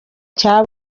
cy’aba